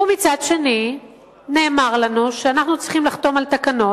ומצד שני נאמר לנו שאנחנו צריכים לחתום על תקנות,